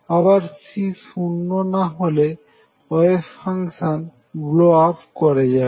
আবার C শূন্য না হলে ওয়েভ ফাংশন ব্ল আপ করে যাবে